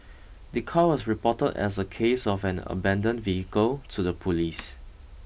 the car was reported as a case of an abandoned vehicle to the police